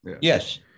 Yes